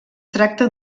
tracta